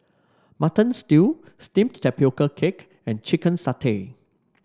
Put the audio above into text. Mutton Stew steamed Tapioca Cake and Chicken Satay